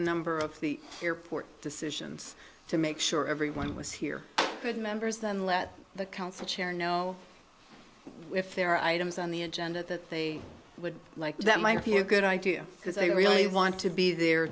a number of the airport decisions to make sure everyone was here good members then let the council chair know if they're items on the agenda that they would like that might be a good idea because they really want to be there